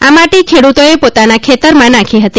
આ માટે ખેડ્રતોએ પોતાના ખેતરમાં નાખી હતી